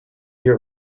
year